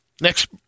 Next